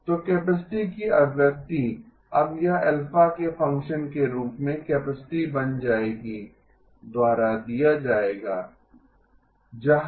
तो कैपेसिटी की अभिव्यक्ति अब यह α के फ़ंक्शन के रूप में कैपेसिटी बन जाएगी द्वारा दिया जाएगा C ¿αBlo g21γ जहां γα ∨¿2 Γ ¿